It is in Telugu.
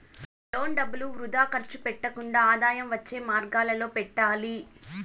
లోన్ డబ్బులు వృథా ఖర్చు పెట్టకుండా ఆదాయం వచ్చే మార్గాలలో పెట్టాలి